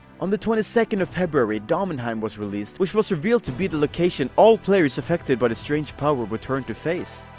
on the twenty second of february, daemonheim was released, which was also revealed to be the location all players affected by the strange power would turn to face.